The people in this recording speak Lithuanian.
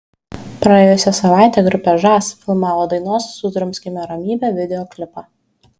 praėjusią savaitę grupė žas filmavo dainos sudrumskime ramybę videoklipą